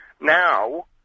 now